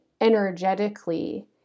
energetically